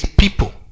people